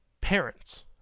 parents